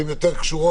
שהן יותר קשורות,